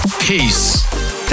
Peace